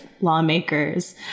lawmakers